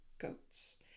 goats